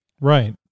Right